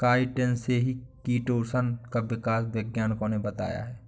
chitin से ही chitosan का विकास वैज्ञानिकों ने बताया है